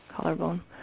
Collarbone